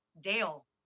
Dale